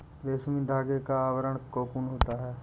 रेशमी धागे का आवरण कोकून होता है